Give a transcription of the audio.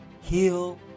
heal